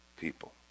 people